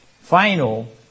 final